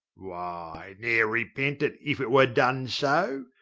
why, ne'er repent it, if it were done so.